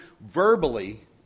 verbally